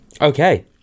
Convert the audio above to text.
Okay